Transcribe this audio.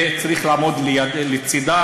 וצריך לעמוד לצדם,